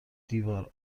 دیوار